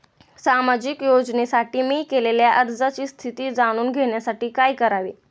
सामाजिक योजनेसाठी मी केलेल्या अर्जाची स्थिती जाणून घेण्यासाठी काय करावे?